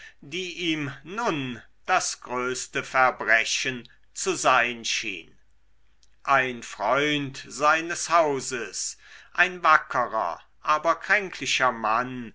die ihm nun das größte verbrechen zu sein schien ein freund seines hauses ein wackerer aber kränklicher mann